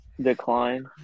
decline